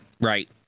right